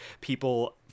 people